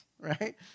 right